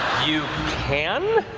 you can?